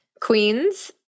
Queens